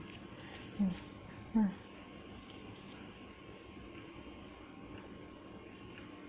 mm mm